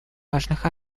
важных